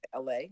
LA